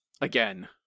Again